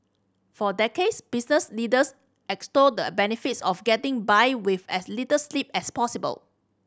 for decades business leaders extolled the benefits of getting by with as little sleep as possible